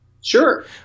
Sure